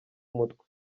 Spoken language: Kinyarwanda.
umutwe